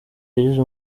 yigize